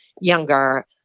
younger